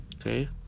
Okay